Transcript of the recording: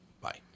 Bye